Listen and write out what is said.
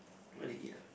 what they eat ah